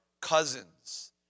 cousins